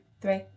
three